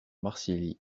marcilly